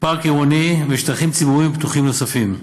פארק עירוני ושטחים ציבוריים פתוחים נוספים.